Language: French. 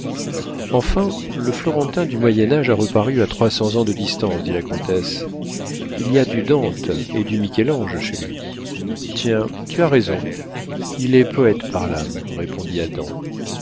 enfin le florentin du moyen âge a reparu à trois cents ans de distance dit la comtesse il y a du dante et du michel-ange chez lui tiens tu as raison il est poëte par l'âme répondit adam